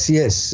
yes